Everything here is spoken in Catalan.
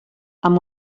amb